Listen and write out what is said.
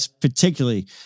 particularly